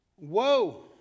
Woe